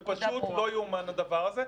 זה פשוט לא יאומן הדבר הזה.